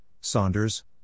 Saunders